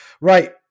Right